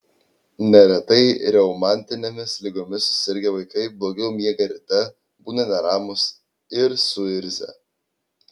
neretai reumatinėmis ligomis susirgę vaikai blogiau miega ryte būna neramūs ir suirzę